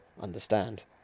understand